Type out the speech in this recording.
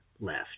left